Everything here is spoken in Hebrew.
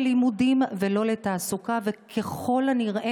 ושם עושים את העיבוד למוצרי החלב המעובדים החלב בקרטון שאנחנו